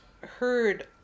heard